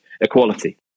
equality